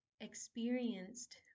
experienced